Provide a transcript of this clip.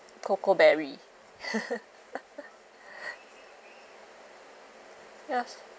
cocoa berry ya